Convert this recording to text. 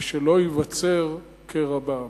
ושלא ייווצר קרע בעם.